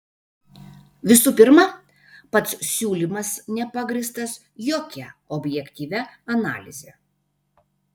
visų pirma pats siūlymas nepagrįstas jokia objektyvia analize